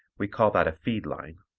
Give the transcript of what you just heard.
we call that a feed line.